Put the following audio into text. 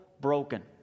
broken